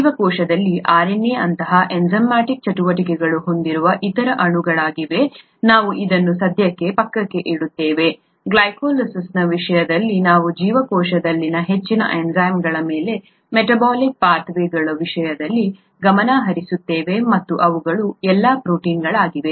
ಜೀವಕೋಶದಲ್ಲಿ RNA ಅಂತಹ enzymatic ಚಟುವಟಿಕೆಗಳನ್ನು ಹೊಂದಿರುವ ಇತರ ಅಣುಗಳಿವೆ ನಾವು ಅದನ್ನು ಸದ್ಯಕ್ಕೆ ಪಕ್ಕಕ್ಕೆ ಇಡುತ್ತೇವೆ ಗ್ಲೈಕೋಲಿಸಿಸ್ನ ವಿಷಯದಲ್ಲಿ ನಾವು ಜೀವಕೋಶದಲ್ಲಿನ ಹೆಚ್ಚಿನ ಎನ್ಝೈಮ್ಗಳ ಮೇಲೆ ಮೆಟಾಬೋಲಿಕ್ ಪಥ್ ವೇಗಳ ವಿಷಯದಲ್ಲಿ ಗಮನಹರಿಸುತ್ತೇವೆ ಮತ್ತು ಅವುಗಳು ಎಲ್ಲಾ ಪ್ರೋಟೀನ್ಗಳಾಗಿವೆ